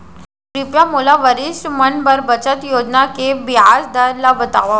कृपया मोला वरिष्ठ मन बर बचत योजना के ब्याज दर ला बतावव